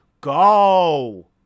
go